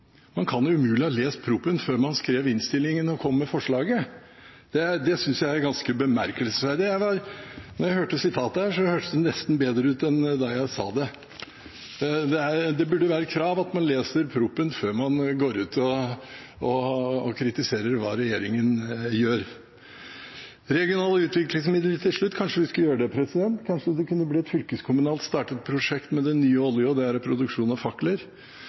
man ikke skal lukke mandatet for nyinvesteringer. Man kan umulig har lest proposisjonen før man skrev i innstillingen og kom med forslaget! Det synes jeg er ganske bemerkelsesverdig. Da jeg hørte sitatet, hørtes det nesten bedre ut enn da jeg sa det. Det burde være et krav at man leser proposisjonen før man går ut og kritiserer det regjeringen gjør. Om regionale utviklingsmidler til slutt: Kanskje det kunne bli et fylkeskommunalt startet prosjekt med den nye oljen – produksjon av fakler.